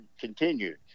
continued